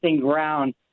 ground